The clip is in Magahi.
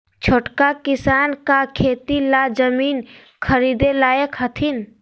छोटका किसान का खेती ला जमीन ख़रीदे लायक हथीन?